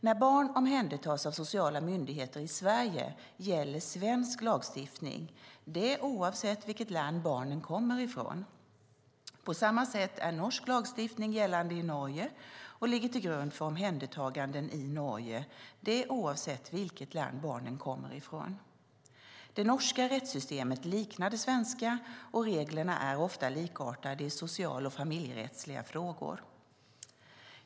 När barn omhändertas av sociala myndigheter i Sverige gäller svensk lagstiftning oavsett vilket land barnet kommer från. På samma sätt är norsk lagstiftning gällande i Norge och ligger till grund för omhändertaganden i Norge oavsett vilket land barnet kommer från. Det norska rättssystemet liknar det svenska, och reglerna är ofta likartade i social och familjerättsliga frågor.